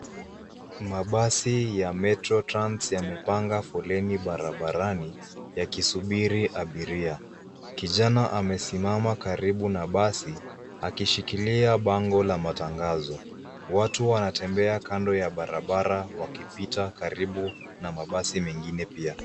Mabasi ya [cs ] metro trans[cs ] yamepanga foleni barabarani yakisubiri abiria. Kijana amesimama karibu na basi akishikilia bango la matangazo. Watu wanatembea kando ya barabara akipita karibu na mabasi mengine pia.